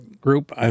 group